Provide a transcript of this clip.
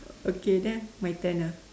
okay then my turn ah